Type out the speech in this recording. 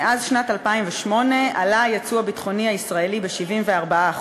מאז שנת 2008 עלה היצוא הביטחוני הישראלי ב-74%.